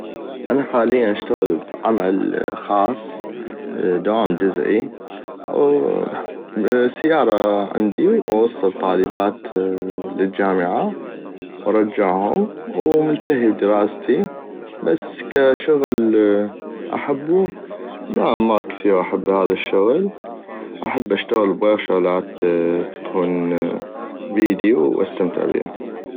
انا حاليا اشتتغل بعمل خاص بدوام جزئي سيارة عندي اوصل طالبات للجامعة وارجعهم. وملتهي بدراستي، بس كشغل احبو لا ما كثيغ احبو هذا الشغل احب اشتغل بغيغ شغلات تكون بيدي واستمتع بيها